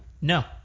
No